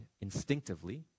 instinctively